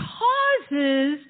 causes